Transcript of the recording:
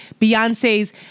Beyonce's